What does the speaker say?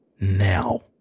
now